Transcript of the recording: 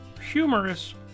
humorous